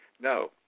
no